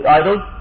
idols